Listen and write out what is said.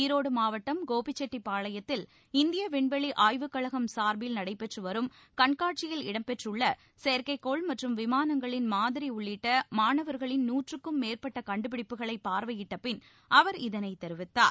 ஈரோடு மாவட்டம் கோபிசெட்டிப் பாளையத்தில் இந்திய விண்வெளி ஆய்வுக்கழகம் சார்பில் நடைபெற்று வரும் கண்காட்சியில் இடம் பெற்றுள்ள செயற்கைக்கோள் மற்றும் விமானங்களின் மாதிரி உள்ளிட்ட மாணவர்களின் நூற்றுக்கும் மேற்பட்ட கண்டுபிடிப்புகளை பார்வையிட்டபின் அவர் இதனைத் தெரிவித்தார்